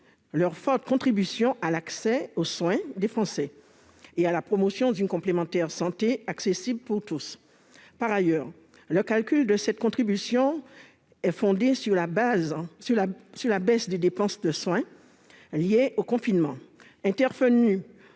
leur forte contribution à l'accès aux soins des Français et à la promotion d'une complémentaire santé accessible pour tous. Par ailleurs, le calcul de cette contribution est fondé sur la baisse des dépenses de soins liée au confinement intervenu